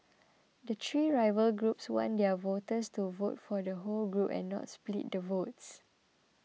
the three rival groups want their voters to vote for the whole group and not split the votes